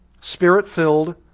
Spirit-filled